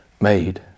made